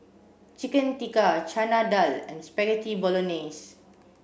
Chicken Tikka Chana Dal and Spaghetti Bolognese